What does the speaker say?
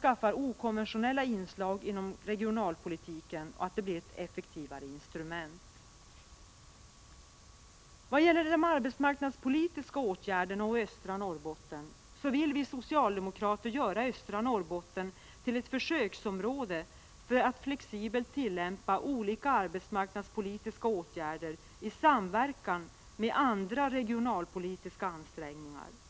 ta fram okonventionella inslag i regionalpolitiken och att denna blir ett effektivare instrument. Vad gäller de arbetsmarknadspolitiska åtgärderna vill vi socialdemokrater göra östra Norrbotten till ett försöksområde för att flexibelt tillämpa olika arbetsmarknadspolitiska åtgärder i samverkan med andra regionalpolitiska ansträngningar.